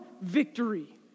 victory